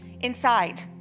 Inside